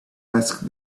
asked